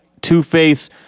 Two-Face